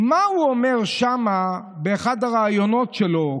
מה הוא אומר שם, באחד הראיונות שלו?